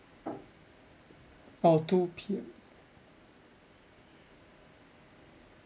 oh two P_M